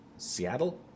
Seattle